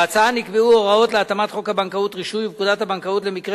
בהצעה נקבעו הוראות להתאמת חוק הבנקאות (רישוי) ופקודת הבנקאות למקרה